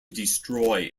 destroy